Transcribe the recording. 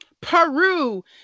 Peru